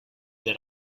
that